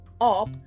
up